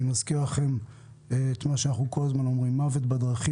אני מזכיר לכם את מה שאנחנו הזמן אומרים - מוות בדרכים